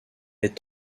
est